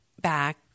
back